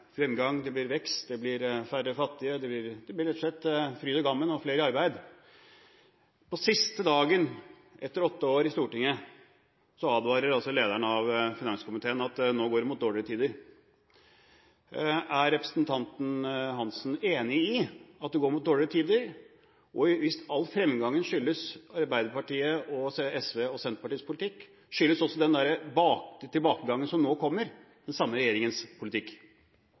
fremgang, det blir vekst, det blir færre fattige – det blir rett og slett fryd og gammen og flere i arbeid. På siste dagen etter åtte år i Stortinget advarer lederen av finanskomiteen mot at nå går det mot dårligere tider. Er representanten Hansen enig i at det går mot dårligere tider? Hvis all fremgangen skyldes Arbeiderpartiets, SVs og Senterpartiets politikk, skyldes også tilbakegangen som nå kommer, den samme regjeringens politikk?